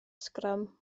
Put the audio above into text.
sgrym